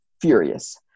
furious